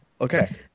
Okay